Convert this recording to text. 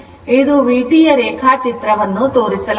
ಇದು vt ಯ ರೇಖಾಚಿತ್ರವನ್ನು ತೋರಿಸಲಾಗಿದೆ